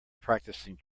practicing